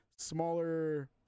smaller